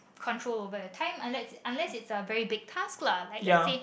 controllable time unless unless is a very big task lah like let say